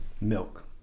milk